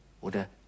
oder